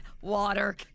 water